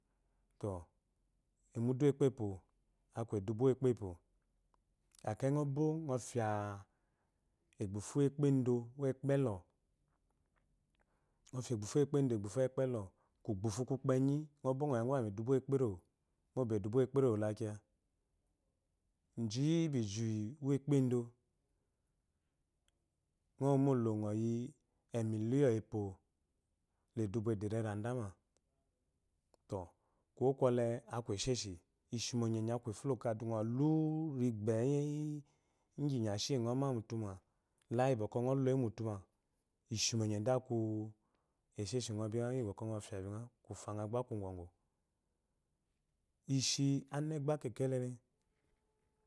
To emudu ukpenpo aku edubu ukpenpo ekeyi ngɔ bo ngɔ pya egbufu ukpendo, ukpenlɔ, ku gbuhu kupenyi ngɔ ngɔ yaguma mu a dubu ukpenrewo mo ba edubu ukpenrewo la kiya ji bi iji ukpendo ngɔ molo ngɔ yi emillion epwo la edubu. éderi eranda, ma, to, kuwo kwote aku eshéshi ishimo nyenyi aku ifulo kadu ngo lu rigbe ingyi inyashi iya ngɔ ma la iyi bwɔkwɔ mgɔ loyi mutu ngɔ a wu ishimo dsi aku esheshi ngo bingha iyi bwɔkwɔ ngɔ loyi mutu ngɔ a wu ishimo dai aku esheshi ngɔ bingha iyi bwɔkwɔ ngɔ fya dun kusa nghagba ku ngɔgwu ishi anegba kekelele.